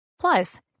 Plus